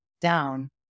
Down